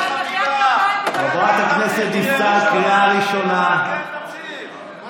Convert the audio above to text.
לא הצלחתי לשמוע את הנאום בגלל מירב בן ארי, אבל